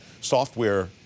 software